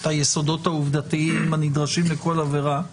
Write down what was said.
את היסודות העובדתיים הנדרשים לכל עבירה.